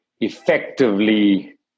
effectively